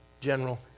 General